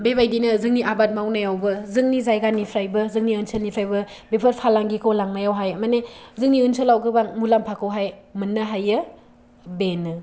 बेबायदिनो जोंनि आबाद मावनायावबो जोंनि जायगानिफ्रायबो जोंनि ओनसोलनिफ्रायबो बेफोर फालांगिखौ लांनायावहाय माने जोंनि ओनसोलावबो गोबां मुलाम्फाखौहाय मोननो हायो बेनो